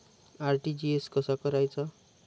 RTGS कसा करायचा?